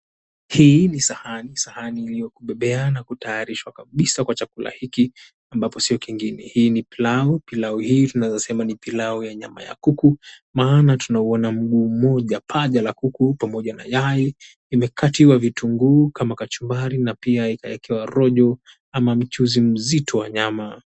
Hii ni sahani. Sahani iliyokubebea na kutayarishwa kabisa kwa chakula hiki ambapo sio kingine hii ni pilau. Pilau hii tunaweza sema ni pilau ya nyama ya kuku maana tunauona mguu mmoja paja la kuku pamoja na yai limekatiwa vitunguu kama kachumbari na pia ikaekewa rojo ama mchuzi mzito wa nyama.